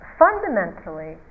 fundamentally